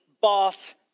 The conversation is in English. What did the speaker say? boss